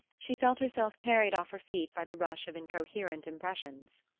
she felt herself carried off her feet by the rush of incoherent impressions.